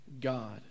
God